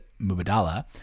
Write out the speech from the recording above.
Mubadala